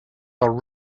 are